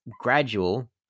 gradual